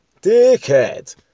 Dickhead